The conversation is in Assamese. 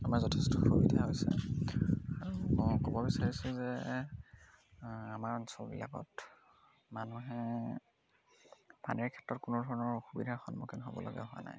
আমাৰ যথেষ্ট সুবিধা হৈছে আৰু মই ক'ব বিচাৰিছোঁ যে আমাৰ অঞ্চলবিলাকত মানুহে পানীৰ ক্ষেত্ৰত কোনোধৰণৰ অসুবিধাৰ সন্মুখীন হ'বলগীয়া হোৱা নাই